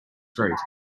street